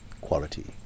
quality